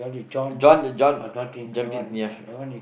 John the John jumping ya sure